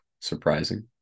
surprising